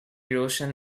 erosion